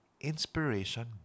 inspiration